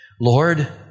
Lord